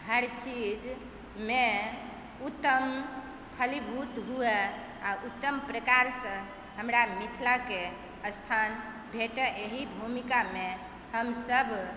हर चीजमे उत्तम फलीभूत हुए आओर उत्तम प्रकारसँ हमरा मिथिलाकेँ स्थान भेटै एहि भूमिकामे हमसब